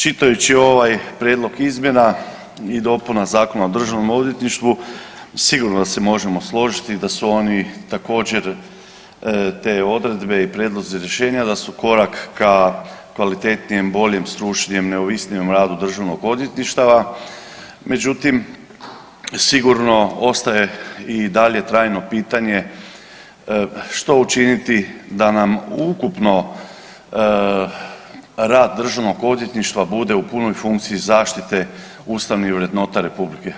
Čitajući ovaj prijedlog izmjena i dopuna Zakona o državnom odvjetništvu sigurno da se možemo složiti da su oni također te odredbe i prijedlozi rješenje da su korak ka kvalitetnijem, boljem, stručnijem i neovisnijem radu državnog odvjetništava, međutim sigurno ostaje i dalje trajno pitanje što učiniti da nam ukupno rad državnog odvjetništva bude u punoj funkciji zaštite ustavnih vrednota RH.